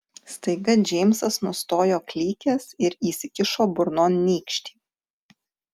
staiga džeimsas nustojo klykęs ir įsikišo burnon nykštį